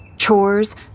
Chores